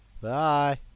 Bye